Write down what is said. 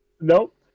Nope